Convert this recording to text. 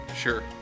Sure